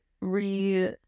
re